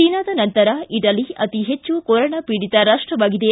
ಚೀನಾದ ನಂತರ ಇಟಲಿ ಅತಿ ಪೆಚ್ಚು ಕೊರೋನಾ ಪೀಡಿತ ರಾಷ್ಟವಾಗಿದೆ